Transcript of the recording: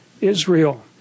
Israel